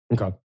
Okay